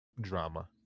drama